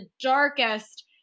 darkest